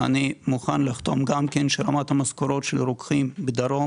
אני מוכן לחתום על כך שרמת המשכורות של רוקחים בדרום,